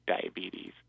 diabetes